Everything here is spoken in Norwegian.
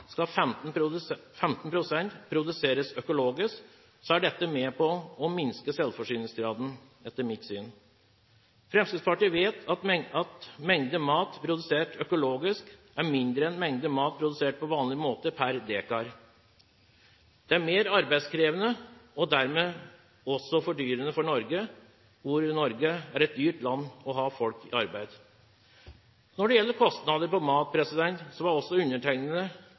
skal produseres økologisk, er med på å minske selvforsyningsgraden – etter mitt syn. Fremskrittspartiet vet at mengde mat produsert økologisk er mindre enn mengde mat produsert på vanlig måte per dekar. Det er mer arbeidskrevende og dermed også fordyrende for Norge, ettersom Norge er et dyrt land å ha folk i arbeid i. Når det gjelder kostnader på mat, var også undertegnede